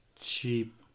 cheap